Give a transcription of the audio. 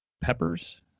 peppers